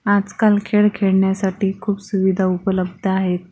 आजकाल खेळ खेळण्यासाठी खूप सुविधा उपलब्ध आहेत